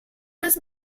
was